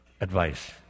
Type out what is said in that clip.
advice